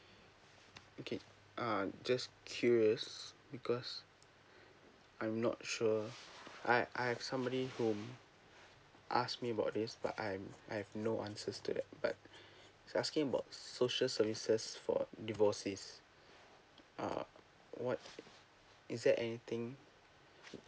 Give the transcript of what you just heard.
okay uh just curious because I'm not sure I I have somebody whom ask me about this but I'm I've no answers to but he's asking about social services for divorces uh what is there anything